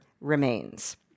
remains